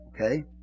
Okay